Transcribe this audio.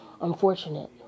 unfortunate